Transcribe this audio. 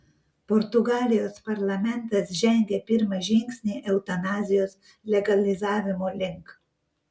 portugalijos parlamentas žengė pirmą žingsnį eutanazijos legalizavimo link